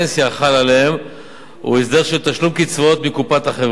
שחל עליהם הוא הסדר של תשלום קצבאות מקופת החברה,